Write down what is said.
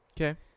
okay